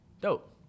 dope